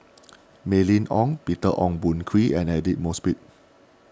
Mylene Ong Peter Ong Boon Kwee and Aidli Mosbit